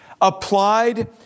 Applied